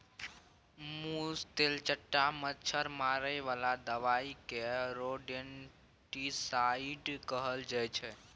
मुस, तेलचट्टा, मच्छर मारे बला दबाइ केँ रोडेन्टिसाइड कहल जाइ छै